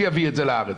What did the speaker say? שיביא את זה לארץ.